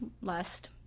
last